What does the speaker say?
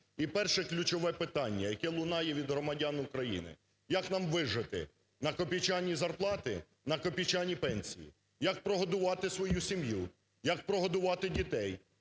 і перше ключове питання, яке лунає від громадян України: як нам вижити на копійчані зарплати, на копійчані пенсії, як прогодувати свою сім'ю, як прогодувати дітей,